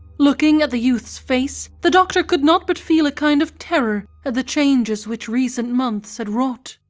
looking at the youth's face, the doctor could not but feel a kind of terror at the changes which recent months had wrought.